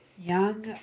young